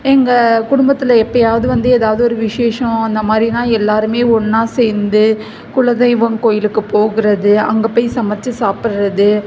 எங்கள் குடும்பத்தில் எப்போயாவது வந்து ஏதாவது ஒரு விசேஷம் அந்தமாரினால் எல்லாருமே ஒன்றா சேர்ந்து குலதெய்வம் கோயிலுக்கு போகிறது அங்கே போய் சமைத்து சாப்பிடுறது